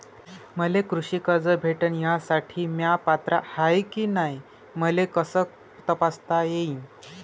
मले कृषी कर्ज भेटन यासाठी म्या पात्र हाय की नाय मले कस तपासता येईन?